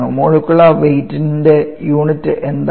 molecular weight ൻറെ unit എന്താണ്